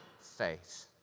faith